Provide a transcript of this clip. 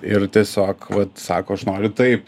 ir tiesiog vat sako aš noriu taip